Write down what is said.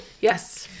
yes